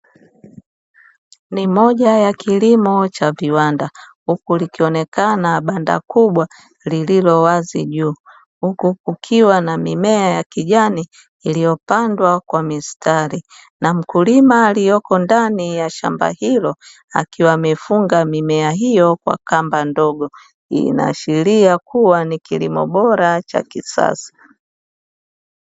Ni moja ya kilimo cha viwanda huku likionekana Banda kubwa lililowazi juu, huku kukiwa na mimea ya kijani iliyopandwa kwa mistari na mkulima alieko ndani ya shamba hilo, akiwa amefunga mimea hiyo kwa kamba ndogo, hii ina ashiria kuwa ni kilimo bora cha kisasa.